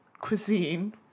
cuisine